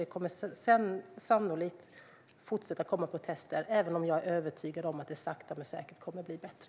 Det kommer sannolikt att fortsätta att komma protester, även om jag är övertygad om att det sakta men säkert kommer att bli bättre.